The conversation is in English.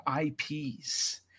IPs